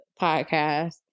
podcast